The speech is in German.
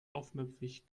aufmüpfig